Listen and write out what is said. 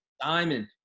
Diamond